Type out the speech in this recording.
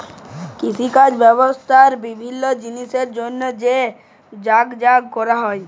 কিষিকাজ ব্যবসা আর বিভিল্ল্য জিলিসের জ্যনহে যে যগাযগ ক্যরা হ্যয়